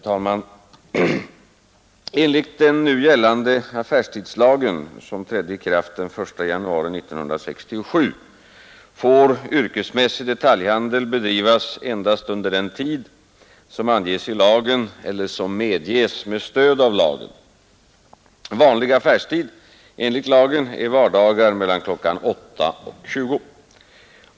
Herr talman! Enligt den nu gällande affärstidslagen , som trädde i kraft den 1 januari 1967, får yrkesmässig detaljhandel bedrivas endast under tid som anges i lagen eller som medges med stöd av lagen. Vanlig affärstid enligt lagen är vardagar mellan klockan 8 och 20.